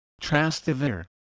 Trastevere